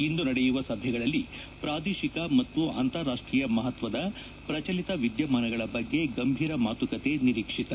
ಇಂದು ನಡೆಯುವ ಸಭೆಗಳಲ್ಲಿ ಪ್ರಾದೇಶಿಕ ಮತ್ತು ಅಂತಾರಾಷ್ಟೀಯ ಮಹತ್ವದ ಪ್ರಚಲಿತ ವಿದ್ಯಮಾನಗಳ ಬಗ್ಗೆ ಗಂಭೀರ ಮಾತುಕತೆ ನಿರೀಕ್ವಿತ